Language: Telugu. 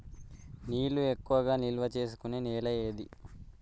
నీళ్లు ఎక్కువగా నిల్వ చేసుకునే నేల ఏది?